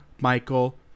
michael